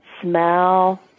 smell